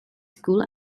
school